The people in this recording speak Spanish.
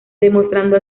demostrando